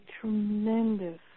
tremendous